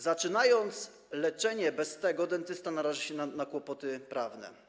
Zaczynając leczenie bez tego, dentysta narazi się na kłopoty prawne.